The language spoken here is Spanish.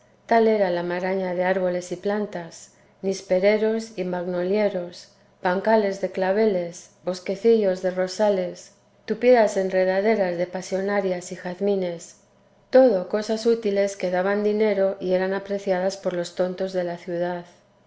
tal era la maraña de árboles y plantas nispereros y magnolieros bancales de claveles bosquecillos de rosales tupidas enredaderas de pasionarias y jazmines todo cosas útiles que daban dinero y eran apreciadas por los tontos de la ciudad